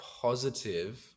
positive